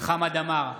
חמד עמאר,